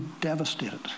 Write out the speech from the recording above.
devastated